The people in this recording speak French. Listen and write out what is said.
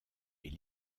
est